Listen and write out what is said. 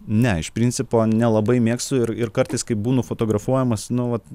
ne iš principo nelabai mėgstu ir ir kartais kai būnu fotografuojamas nu vat